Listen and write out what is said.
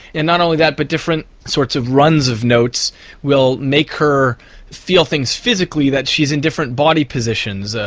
and not only that but different sorts of runs of notes will make her feel things physically, that she's in different body positions, ah